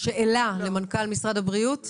שאלה למנכ"ל משרד הבריאות?